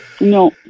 No